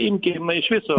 rinkimai iš viso